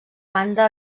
banda